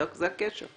זה הקשר.